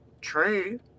true